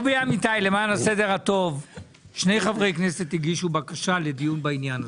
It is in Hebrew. למען הסדר הטוב: שני חברי כנסת הגישו בקשה לדיון בעניין הזה: